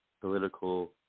political